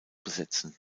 besetzen